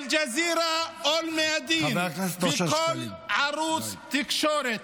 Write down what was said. אל-ג'זירה או אל-מיאדין וכל ערוץ תקשורת